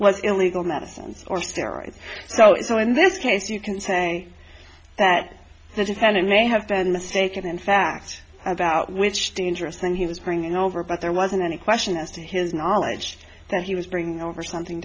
was illegal medicines or steroids so it's all in this case you can say that the defendant may have been mistaken in fact about which dangerous thing he was bringing over but there wasn't any question as to his knowledge that he was bringing over something